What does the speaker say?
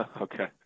okay